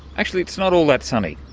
actually, it's not all that sunny.